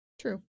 True